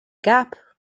gap